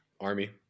Army